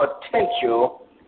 potential